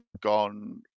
gone